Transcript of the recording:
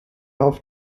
auf